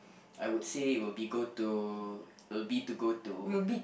I would say it would be go to would be to go to